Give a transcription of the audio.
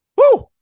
Woo